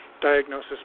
Diagnosis